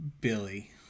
billy